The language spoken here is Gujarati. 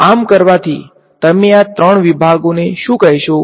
તો આમ કરવાથી તમે આ ત્રણ વિભાગોને શું કહેશો